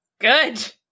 Good